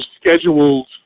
scheduled